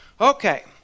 Okay